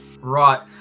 Right